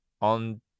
On